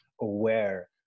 aware